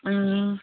ए